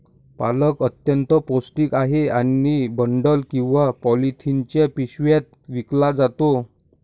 पालक अत्यंत पौष्टिक आहे आणि बंडल किंवा पॉलिथिनच्या पिशव्यात विकला जातो